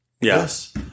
Yes